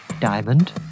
Diamond